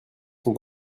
sont